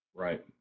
Right